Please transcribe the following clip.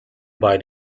buy